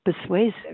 persuasive